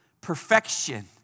Perfection